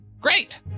Great